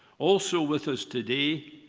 also with us today,